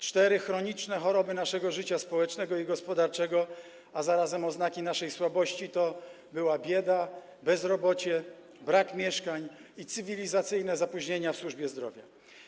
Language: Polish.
Cztery chroniczne choroby naszego życia społecznego i gospodarczego, a zarazem oznaki naszej słabości, to były: bieda, bezrobocie, brak mieszkań i cywilizacyjne zapóźnienia w służbie zdrowia.